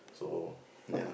so then ah